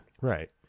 Right